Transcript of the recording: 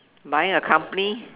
buying a company